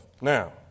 Now